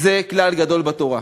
זה כלל גדול בתורה".